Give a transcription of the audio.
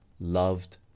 loved